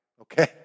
Okay